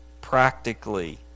practically